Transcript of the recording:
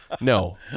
No